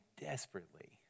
desperately